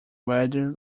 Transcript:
rather